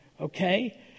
Okay